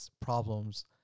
problems